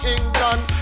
England